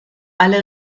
alle